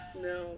No